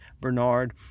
Bernard